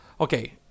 Okay